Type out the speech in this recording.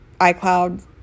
icloud